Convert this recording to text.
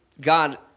God